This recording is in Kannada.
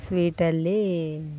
ಸ್ವೀಟಲ್ಲೀ